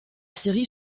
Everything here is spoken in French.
série